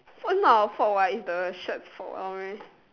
also not our fault what it's the shirt fault